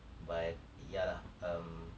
but ya lah um